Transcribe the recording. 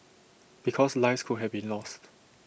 because lives could have been lost